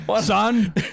Son